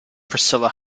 priscilla